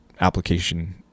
application